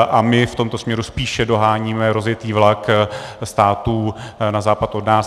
A my v tomto směru spíše doháníme rozjetý vlak států na západ od nás.